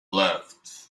left